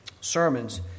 sermons